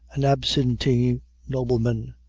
an absentee nobleman,